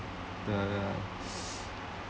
the